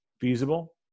feasible